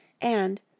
And